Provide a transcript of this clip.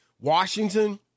Washington